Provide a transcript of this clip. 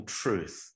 truth